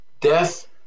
death